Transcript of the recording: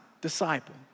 disciple